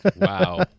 wow